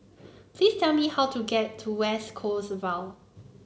please tell me how to get to West Coast Vale